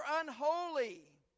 unholy